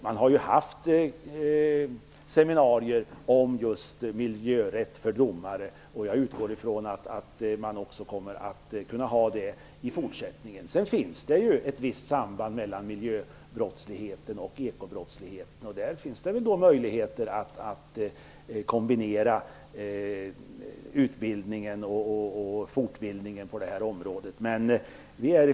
Man har haft seminarier i just miljörätt för domare. Jag utgår ifrån att man också kommer att kunna ha det i fortsättningen. Det finns ett visst samband mellan miljöbrottsligheten och ekobrottsligheten. Det finns då möjligheter att kombinera utbildningen och fortbildningen på det här området.